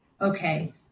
okay